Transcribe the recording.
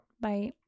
Bye